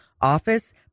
office